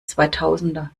zweitausender